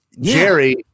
Jerry